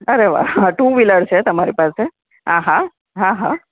અરે વાહ two wheeler છે તમારી પાસે આહા હા હા